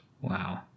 Wow